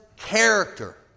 Character